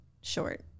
short